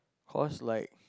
course like